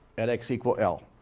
let x equal l,